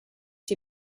die